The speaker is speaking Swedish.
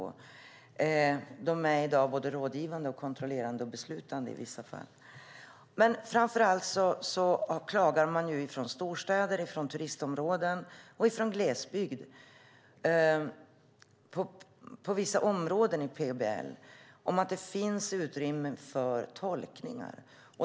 Länsstyrelserna är i dag både rådgivande och kontrollerande, och i vissa fall även beslutande. Framför allt klagar man från storstäder, turistområden och glesbygd på vissa delar av PBL och menar att där finns utrymme för tolkningar.